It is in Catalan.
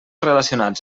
relacionats